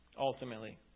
Ultimately